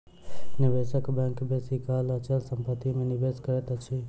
निवेशक बैंक बेसी काल अचल संपत्ति में निवेश करैत अछि